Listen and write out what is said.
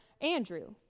Andrew